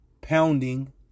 pounding